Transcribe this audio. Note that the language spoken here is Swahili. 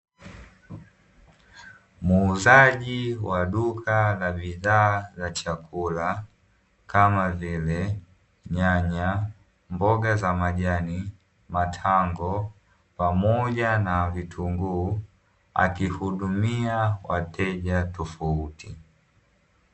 Muuzaji wa duka la bidhaa za chakula kama vile nyanya, mboga za majani, matango pamoja na vitunguu akihudumia wateja tofauti.